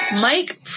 Mike